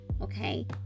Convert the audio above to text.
okay